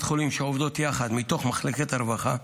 חולים שעובדות יחד מתוך מחלקת הרווחה,